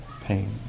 pain